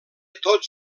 tots